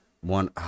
one